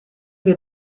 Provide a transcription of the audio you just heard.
wir